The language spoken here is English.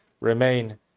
Remain